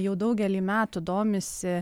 jau daugelį metų domisi